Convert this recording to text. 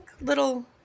little